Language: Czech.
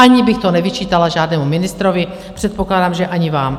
Ani bych to nevyčítala žádnému ministrovi, předpokládám, že ani vám.